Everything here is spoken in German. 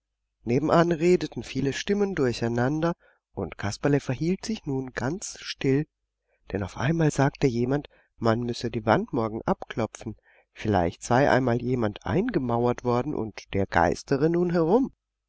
nebenan redeten viele stimmen durcheinander und kasperle verhielt sich nun ganz still denn auf einmal sagte jemand man müsse die wände morgen abklopfen vielleicht sei einmal jemand eingemauert worden und der geistere nun herum